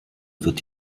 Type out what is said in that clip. wird